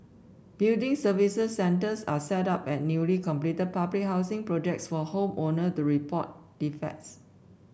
building services centres are set up at newly completed public housing projects for home owner to report defects